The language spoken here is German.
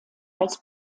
als